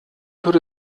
würde